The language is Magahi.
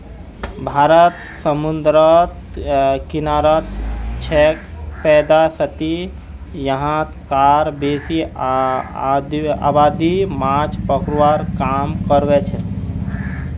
भारत समूंदरेर किनारित छेक वैदसती यहां कार बेसी आबादी माछ पकड़वार काम करछेक